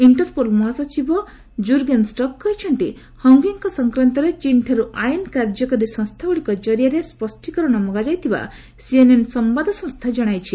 Interpol ମହାସଚିବ Jurgen Stock କହିଛନ୍ତି ହଙ୍ଗ୍ୱେଙ୍କ ସଂକ୍ରାନ୍ତରେ ଚୀନ୍ଠାରୁ ଆଇନ କାର୍ଯ୍ୟକାରୀ ସଂସ୍ତାଗୁଡ଼ିକ କରିଆରେ ସ୍ୱଷ୍ଠୀକରଣ ମଗାଯାଇଥିବା ସିଏନ୍ଏନ୍ ସମ୍ଭାଦ ସଂସ୍ଥା ଜଣାଇଛି